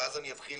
ואז אני אתחיל